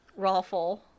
Rawful